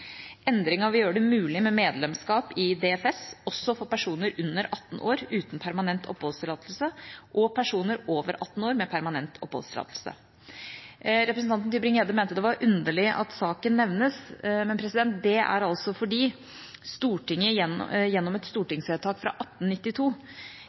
Endringen vil gjøre det mulig med medlemskap i DFS også for personer under 18 år uten permanent oppholdstillatelse og for personer over 18 år med permanent oppholdstillatelse. Representanten Tybring-Gjedde mente det var underlig at saken nevnes, men det er altså fordi Stortinget gjennom